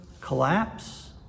collapse